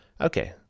Okay